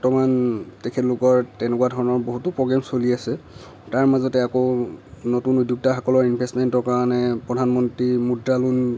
বৰ্তমান তেখেতলোকৰ তেনেকুৱা ধৰণৰ বহুতো প্ৰগেম চলি আছে তাৰ মাজতে আকৌ নতুন উদ্যোক্তাসকলৰ ইন্ভেচমেণ্টৰ কাৰণে প্ৰধানমন্ত্ৰীৰ মুদ্ৰা লোন